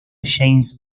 james